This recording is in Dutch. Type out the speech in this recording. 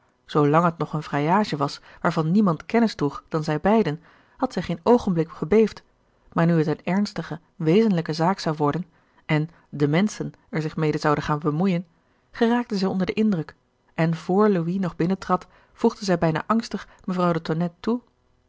het nog een vrijage was waarvan niemand kennis droeg dan zij beiden had zij geen oogenblik gebeefd maar nu het eene ernstige wezenlijke zaak zou worden en de menschen er zich mede zouden gaan bemoeien geraakte zij onder den indruk en vr louis nog binnentrad voegde zij bijna angstig mevrouw de tonnette toe